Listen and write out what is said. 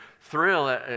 thrill